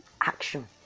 action